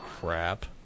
crap